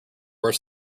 worse